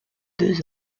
deux